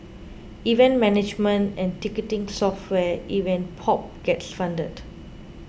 event management and ticketing software Event Pop gets funded